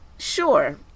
sure